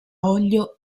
olio